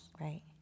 Right